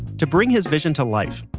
to bring his vision to life,